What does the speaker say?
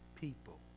people